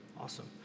Awesome